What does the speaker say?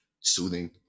soothing